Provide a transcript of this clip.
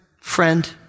Friend